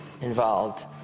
involved